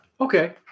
Okay